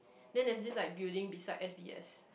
then there this like building beside S_D_S